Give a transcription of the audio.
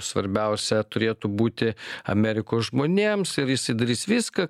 svarbiausia turėtų būti amerikos žmonėms visi darys viską